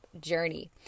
journey